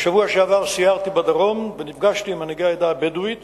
בשבוע שעבר סיירתי בדרום ונפגשתי עם מנהיגי העדה הבדואית